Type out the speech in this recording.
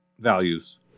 Values